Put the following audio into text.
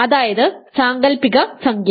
അതായത് സാങ്കൽപ്പിക സംഖ്യ